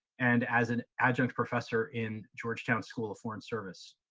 and as an adjunct professor in georgetown's school of foreign service.